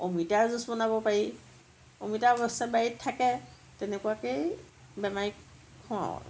অমিতাৰ জুচ বনাব পাৰি অমিতা অৱশ্য়ে বাৰীত থাকে তেনেকুৱাকেই বেমাৰীক খুৱাওঁ